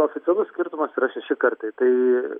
oficialus skirtumas yra šeši kartai tai